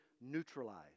neutralized